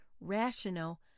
rational